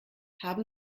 haben